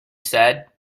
said